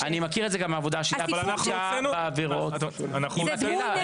אני מכיר גם מהעבודה --- זה דמוי נשק.